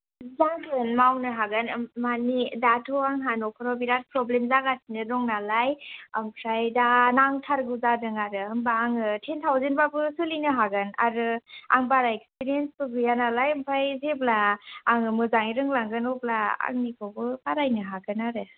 जागोन मावनो हागोन मानि दाथ' आंहा न'खराव बिराद प्रब्लेम जागासिनो दं नालाय ओमफ्राय दा नांथारगौ जादों आरो होमब्ला आङो टेन थावजेन्डब्लाबो सोलिनो हागोन आरो आं बारा एक्सपिरियेन्सबो गैया नालाय ओमफाय जेब्ला आङो मोजाङै रोंलांगोन अब्ला आंनिखौबो बारायनो हागोन आरो